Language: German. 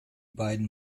beiden